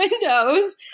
windows